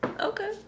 Okay